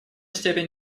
степень